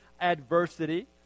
adversity